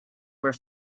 were